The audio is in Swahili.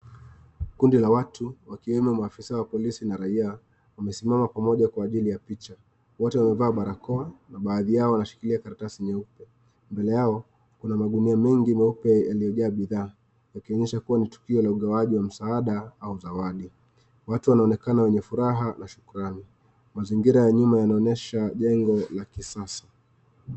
Kundi la watu wakiwemo maafisa wa polisi na raia wamesimama pamoja kwa ajili ya picha. Wote wamevaa barakoa na baadhi yao wanashikilia karatasi nyeupe. Mbele yao kuna magunia mengi meupe yaliyojaza bidhaa, yakionyesha kuwa ni tukio la ugawaji wa msaada au zawadi. Watu wanaonekana wenye furaha na shukrani. Mazingira ya nyuma yanaonyesha jengo la kisasa.